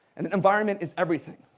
and environment is everything.